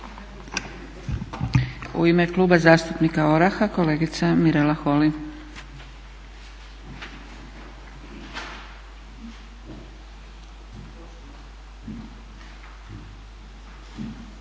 U ime Kluba zastupnika ORAH-a kolegica Mirela Holy.